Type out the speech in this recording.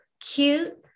cute